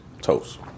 toast